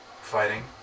fighting